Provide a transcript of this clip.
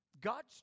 God's